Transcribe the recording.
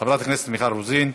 חברת הכנסת מיכל רוזין,